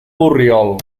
borriol